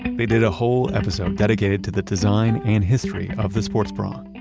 they did a whole episode dedicated to the design and history of the sports bra. yeah